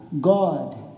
God